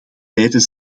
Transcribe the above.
lijden